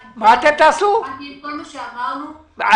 תגידו למה לא